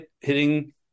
hitting